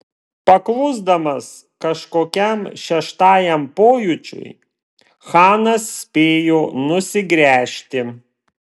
paklusdamas kažkokiam šeštajam pojūčiui chanas spėjo nusigręžti